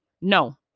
No